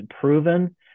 proven